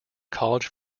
college